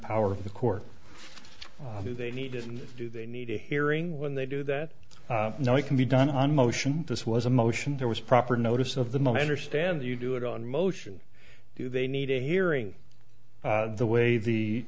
power of the court do they need to do they need a hearing when they do that now it can be done on motion this was a motion there was proper notice of the my understanding you do it on motion do they need a hearing the way